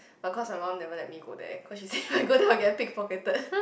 but cause my mum never let me go there cause she say if I go there I will get pick-pocketed